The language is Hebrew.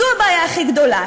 זו הבעיה הכי גדולה.